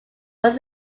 was